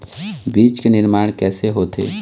बीज के निर्माण कैसे होथे?